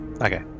Okay